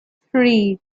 three